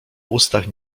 ustach